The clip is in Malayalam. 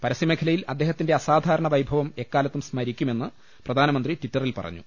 പരസ്യമേഖലയിൽ അദ്ദേഹത്തിന്റെ അസാധാരണ വൈഭവം എക്കാലത്തും സ്മരിക്കുമെന്ന് പ്രധാനമന്ത്രി ട്വിറ്ററിൽ പറഞ്ഞു